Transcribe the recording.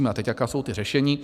A teď jaká jsou ta řešení.